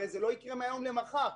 הרי זה לא יקרה מהיום למחר.